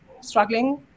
struggling